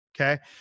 okay